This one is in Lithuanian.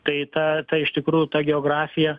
tai ta ta iš tikrųjų ta geografija